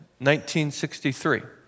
1963